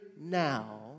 now